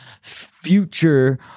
future